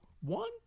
One